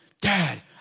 dad